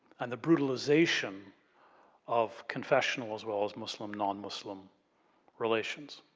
and the brutalization of confessional as well as muslim, non-muslim relations.